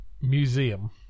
museum